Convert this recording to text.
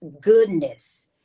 goodness